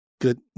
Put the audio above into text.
Good